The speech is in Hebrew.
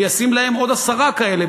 וישים להם עוד עשרה כאלה,